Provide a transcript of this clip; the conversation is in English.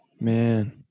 man